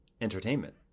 entertainment